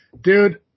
dude